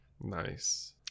Nice